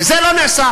וזה לא נעשה.